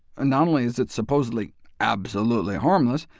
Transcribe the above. ah not only is it supposedly absolutely harmless,